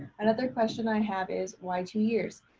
another question i have is why two years?